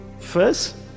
first